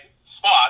spot